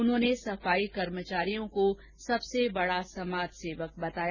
उन्होंने सफाई कर्मचारियों को सबसे बड़ा समाज सेवक बनाया